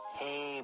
hey